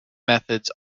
methods